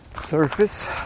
surface